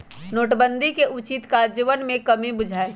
नोटबन्दि के उचित काजन्वयन में कम्मि बुझायल